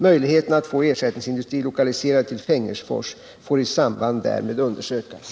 Möjligheten att få ersättningsindustri lokaliserad till Fengersfors får i samband därmed undersökas.